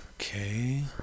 Okay